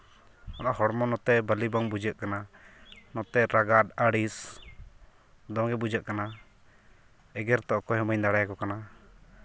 ᱚᱱᱟ ᱦᱚᱲᱢᱚ ᱱᱚᱛᱮ ᱵᱷᱟᱹᱞᱤ ᱵᱟᱝ ᱵᱩᱡᱷᱟᱹᱜ ᱠᱟᱱᱟ ᱱᱚᱛᱮ ᱨᱟᱜᱟᱫ ᱟᱹᱲᱤᱥ ᱫᱚᱢᱮᱜᱮ ᱵᱩᱡᱷᱟᱹᱜ ᱠᱟᱱᱟ ᱮᱜᱮᱨ ᱛᱚ ᱚᱠᱚᱭ ᱦᱚᱸ ᱵᱟᱹᱧ ᱫᱟᱲᱮᱭᱟᱠᱚ ᱠᱟᱱᱟ